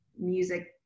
music